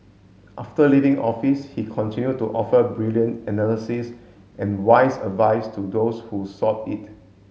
after leaving office he continued to offer brilliant analysis and wise advice to those who sought it